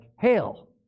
hail